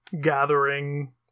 gathering